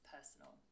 Personal